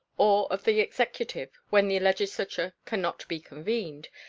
or of the executive when the legislature can not be convened,